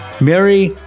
Mary